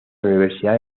universidad